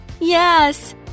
Yes